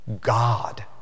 God